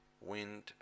wind